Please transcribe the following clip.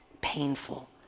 painful